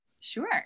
Sure